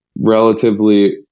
relatively